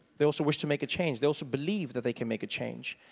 they also wish to make a change, they also believe that they can make a change.